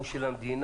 הוא של המדינה.